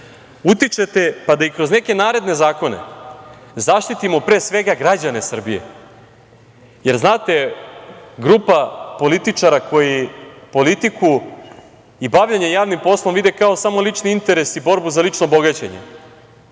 utičete, pa da i kroz neke naredne zakone zaštitimo, pre svega, građane Srbije, jer znate, grupa političara koji politiku i bavljenje javnim poslom vide kao samo lični interes i borbu za lično bogaćenje,